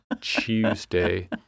Tuesday